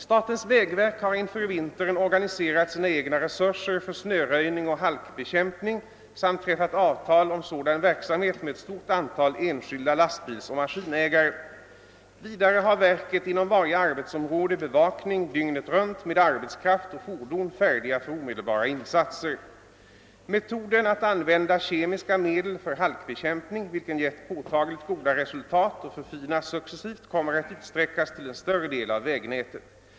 Statens vägverk har inför vintern organiserat sina egna resurser för snöröjning och halkbekämpning samt träffat avtal om sådan verksamhet med ett stort antal enskilda lastbilsoch maskinägare. Vidare har verket inom varje arbetsområde bevakning dygnet runt med arbetskraft och fordon färdiga för omedelbara insatser. Metoden att använda kemiska medel för halkbekämpning, vilken gett påtagligt goda resultat och förfinas successivt, kommer att utsträckas till en större del av vägnätet.